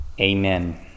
amen